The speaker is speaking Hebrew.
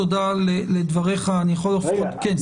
רגע,